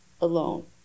alone